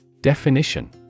Definition